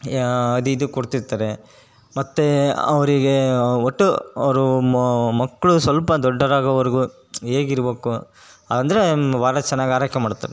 ಅದು ಇದು ಕೊಡ್ತಿರ್ತಾರೆ ಮತ್ತು ಅವರಿಗೆ ಒಟ್ಟು ಅವರು ಮಕ್ಕಳು ಸ್ವಲ್ಪ ದೊಡ್ಡರಾಗೋವರೆಗೂ ಹೇಗಿರಬೇಕು ಅಂದರೆ ಬಹಳ ಚೆನ್ನಾಗಿ ಆರೈಕೆ ಮಾಡ್ತಾರೆ